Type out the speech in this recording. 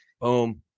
Boom